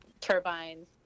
turbines